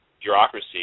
bureaucracy